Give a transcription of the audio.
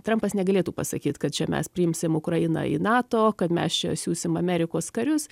trampas negalėtų pasakyt kad čia mes priimsim ukrainą į nato kad mes čia siųsim amerikos karius